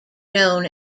known